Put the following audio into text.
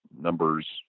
numbers